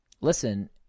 listen